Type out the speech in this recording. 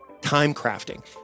timecrafting